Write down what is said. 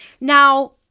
Now